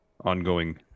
ongoing